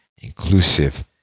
inclusive